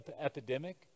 epidemic